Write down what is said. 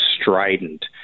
strident